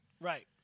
Right